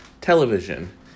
television